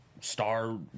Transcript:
Star